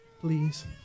please